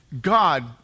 God